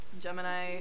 gemini